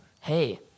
Hey